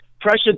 pressure